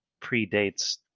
predates